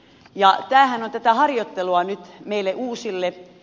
tämähän on tätä harjoittelua nyt meille uusille